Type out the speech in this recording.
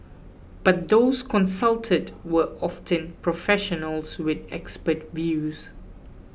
but those consulted were often professionals with expert views